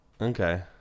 Okay